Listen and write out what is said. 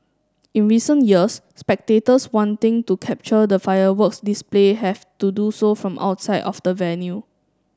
in recent years spectators wanting to capture the fireworks display have to do so from outside of the venue